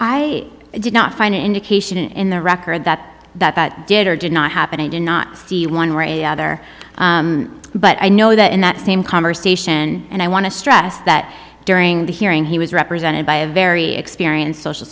i did not find an indication in the record that that did or did not happen i did not see one or a other but i know that in that same conversation and i want to stress that during the hearing he was represented by a very experienced social